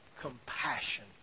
compassion